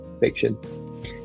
fiction